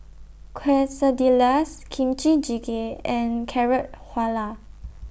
Quesadillas Kimchi Jjigae and Carrot Halwa